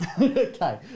Okay